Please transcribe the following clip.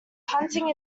hunting